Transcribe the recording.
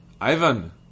Ivan